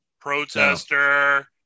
protester